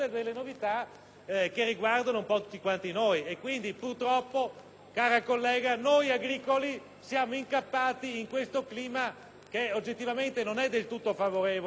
cara collega, noi del settore agricolo siamo incappati in questo clima che oggettivamente non è del tutto favorevole alla nostra operatività. Ne prendiamo atto. Del resto, siamo anche consapevoli